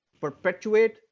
perpetuate